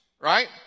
right